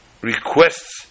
requests